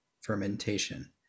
fermentation